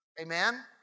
Amen